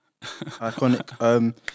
Iconic